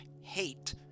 hate